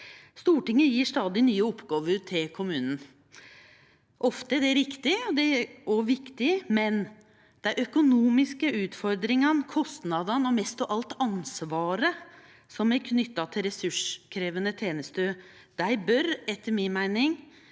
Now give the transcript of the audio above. Stortinget gjev stadig nye oppgåver til kommunane. Ofte er det riktig og viktig, men dei økonomiske utfordringane, kostnadene og mest av alt ansvaret som er knytte til ressurskrevjande tenester, bør etter mi meining